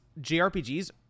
JRPGs